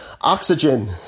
Oxygen